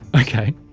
Okay